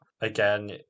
again